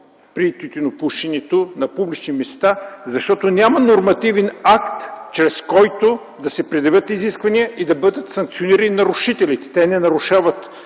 при тютюнопушенето на публични места, защото няма нормативен акт, чрез който да се предявят изисквания и нарушителите да бъдат санкционирани. Те не нарушават